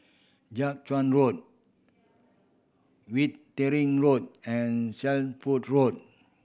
Jiak Chuan Road Wittering Road and Shelford Road